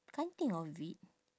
can't think of it